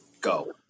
Go